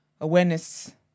awareness